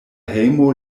hejmo